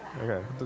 Okay